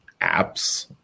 apps